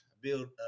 Build